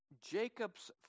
Jacob's